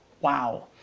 Wow